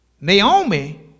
Naomi